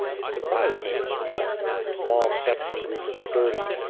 and surprised me in my small section group of thirty.